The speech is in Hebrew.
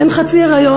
אין חצי היריון,